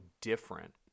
different